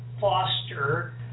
foster